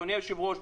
אדוני היושב-ראש,